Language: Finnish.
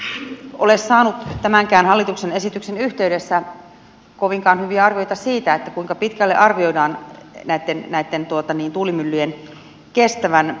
en ole saanut tämänkään hallituksen esityksen yhteydessä kovinkaan hyviä arvioita siitä kuinka pitkälle arvioidaan näitten tuulimyllyjen kestävän